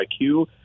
IQ